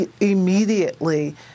immediately